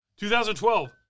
2012